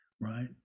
right